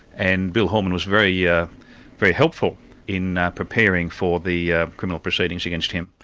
and bill horman was very yeah very helpful in ah preparing for the criminal proceedings against him.